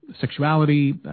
sexuality